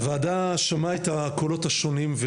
הוועדה שמעה את הקולות השונים.